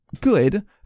good